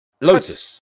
Lotus